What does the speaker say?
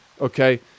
okay